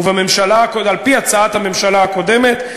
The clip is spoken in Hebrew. ועל-פי הצעת הממשלה הקודמת.